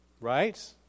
right